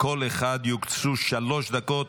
לכל אחד יוקצו שלוש דקות.